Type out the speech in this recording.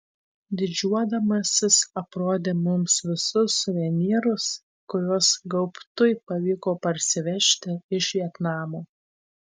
didžiuodamasis aprodė mums visus suvenyrus kuriuos gaubtui pavyko parsivežti iš vietnamo